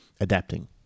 adapting